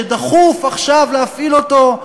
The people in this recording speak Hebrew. שדחוף עכשיו להפעיל אותו,